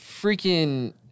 freaking